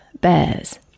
bears